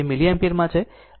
તે મિલિએમ્પિયર માં છે